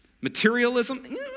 Materialism